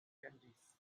candies